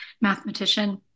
mathematician